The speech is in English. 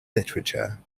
literature